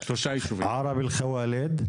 ערב אל חוואלד.